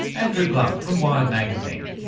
andrew blum from wired magazine,